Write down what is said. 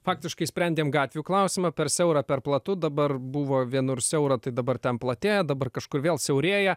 faktiškai sprendėm gatvių klausimą per siaura per platu dabar buvo vienur siaura tai dabar ten platėja dabar kažkur vėl siaurėja